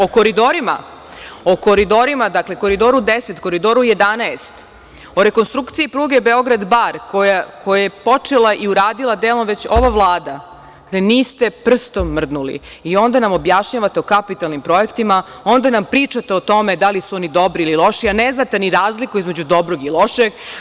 O koridorima 10 i 11, o rekonstrukciji pruge Beograd-Bar koja je počela i uradila već delom ova Vlada, vi niste prstom mrdnuli i onda nam objašnjavate o kapitalnim projektima, onda nam pričate o tome da li su oni dobri ili loši, a ne znate ni razliku između dobrog i lošeg.